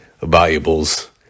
valuables